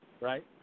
Right